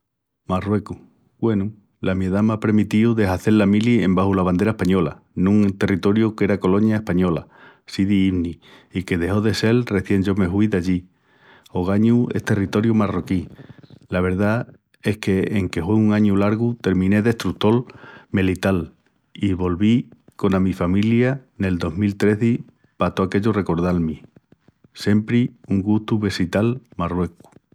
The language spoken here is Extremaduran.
Marruecus, güenu. La mi edá me m'á premitíu de hazel la mili embaxu la bandera española en un territoriu que era colonia española, Sidi Ifni, i que dexó de sel rezién yo me hui d'allí. Ogañu es territoriu marroquí. La verdá es que, enque hue un añu largu, terminé d'estrutol melital i volví cona mi familia nel dos mil trezi pa tó aquellu recordal-mi. Siempri un gustu vesital Marruecus.